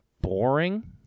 Boring